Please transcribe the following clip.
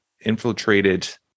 infiltrated